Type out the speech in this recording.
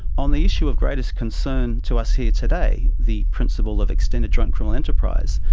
on the issue of greatest concern to us here today, the principle of extended joint criminal enterprise,